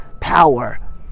power